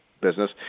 business